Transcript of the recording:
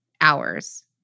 hours